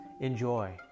Enjoy